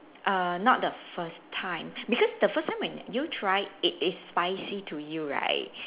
err not the first time because the first time when you tried it is spicy to you right